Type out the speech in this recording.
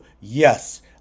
Yes